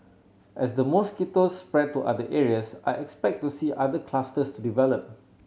as the mosquitoes spread to other areas I expect to see other clusters to develop